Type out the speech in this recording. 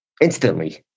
instantly